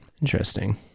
Interesting